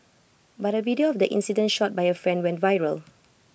but A video of the incident shot by A friend went viral